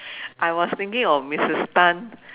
I was thinking of Missus Tan